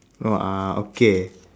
no uh okay